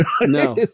No